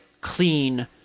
clean